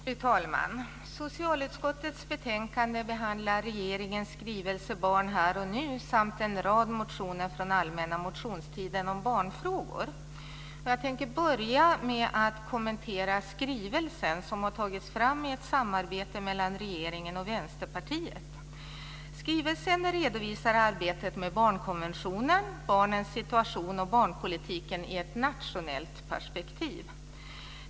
Fru talman! Socialutskottets betänkande behandlar regeringens skrivelse Barn här och nu samt en rad motioner från allmänna motionstiden om barnfrågor. Jag tänker börja med att kommentera skrivelsen, som har tagits fram i ett samarbete mellan regeringen och Skrivelsen redovisar arbetet med barnkonventionen, barnens situation och barnpolitiken i ett nationellt perspektiv.